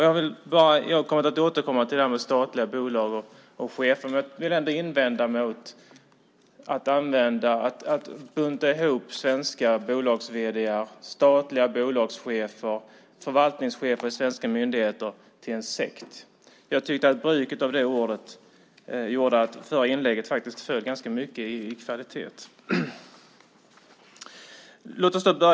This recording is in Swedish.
Jag kommer att återkomma till statliga bolag och chefer men vill ändå invända mot att bunta ihop svenska bolagsvd:ar, statliga bolagschefer och förvaltningschefer i svenska myndigheter till en sekt. Jag tyckte att bruket av det ordet gjorde att det förra inlägget faktiskt föll ganska mycket i kvalitet.